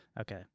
Okay